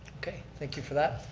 okay, thank you for that.